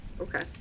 Okay